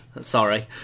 Sorry